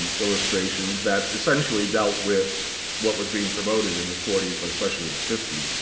illustrations that essentially dealt with what was being promoted in the forty s, but especially in the fifty s,